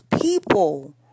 people